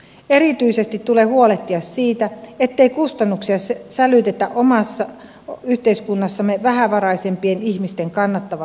erityisesti tulee huolehtia siitä ettei kustannuksia sälytetä omassa yhteiskunnassamme vähävaraisimpien ihmisten kannettaviksi